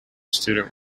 student